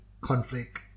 conflict